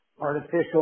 artificial